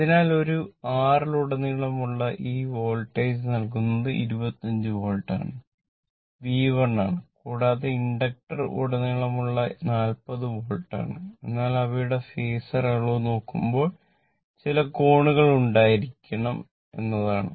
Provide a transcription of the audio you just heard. അതിനാൽ ഈ ഒരു R യലുടനീളമുള്ള ഈ വോൾട്ടേജ് നൽകുന്നത് 25 വോൾട്ട് ആണ് V1 ആണ് കൂടാതെ ഇൻഡക്റ്റർ അളവ് നോക്കുമ്പോൾ ചില കോണുകൾ ഉണ്ടായിരിക്കണം എന്നാണ്